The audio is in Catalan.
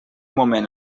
moment